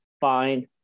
find